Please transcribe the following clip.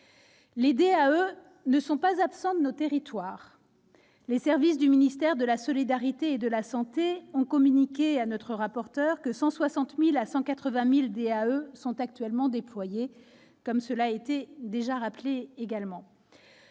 Les DAE ne sont pas absents de nos territoires. Les services du ministère des solidarités et de la santé ont communiqué à notre rapporteur que 160 000 à 180 000 DAE y sont actuellement déployés. Cependant, je regrette